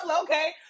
Okay